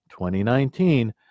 2019